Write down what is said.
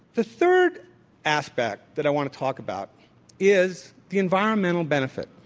the third aspect that i want to talk about is the environmental benefits,